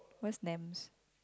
what's Nams